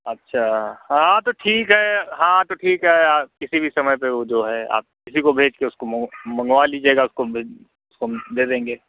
अच्छा हाँ तो ठीक है हाँ तो ठीक है किसी भी समय पर वो जो है आप किसी को भेज के उसको मंगवा लीजिएगा उसको हम दे उसको हम दे देंगे